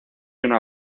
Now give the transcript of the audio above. una